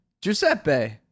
Giuseppe